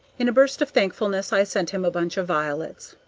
in a burst of thankfulness i sent him a bunch of violets.